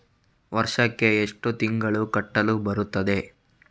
ವರ್ಷಕ್ಕೆ ಎಷ್ಟು ತಿಂಗಳು ಕಟ್ಟಲು ಬರುತ್ತದೆ?